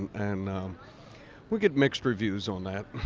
and we get mixed reviews on that.